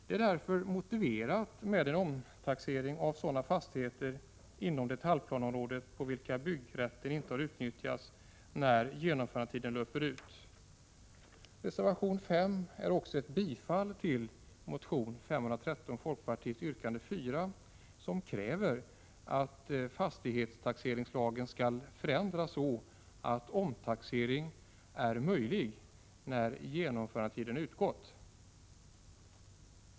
Det är därför motiverat med en omtaxering av sådana fastigheter inom detaljplanområdet på vilka byggrätten inte har utnyttjats när genomförandetiden löper ut. Reservation nr 5 är också ett bifall till folkpartiets motion 513, yrkande 4, där det krävs att fastighetstaxeringslagen skall förändras så, att omtaxering är möjlig när genomförandetiden utgått.